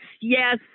yes